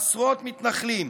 עשרות מתנחלים,